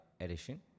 edition